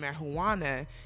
marijuana